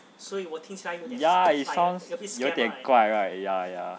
ya it sounds 有点怪 right ya ya